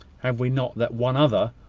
have we not that one other,